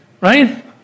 right